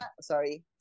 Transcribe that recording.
Sorry